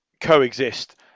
coexist